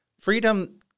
Freedom